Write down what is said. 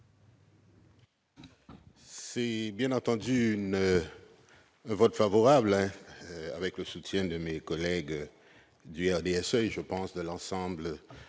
C'est bien entendu un vote favorable que j'émettrai, avec le soutien de mes collègues du RDSE, et, je pense, de l'ensemble de